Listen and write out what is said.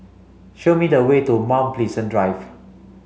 show me the way to Mount Pleasant Drive